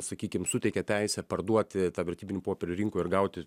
sakykim suteikia teisę parduoti tą vertybinių popierių rinkoj ir gauti